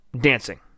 dancing